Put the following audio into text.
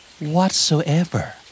Whatsoever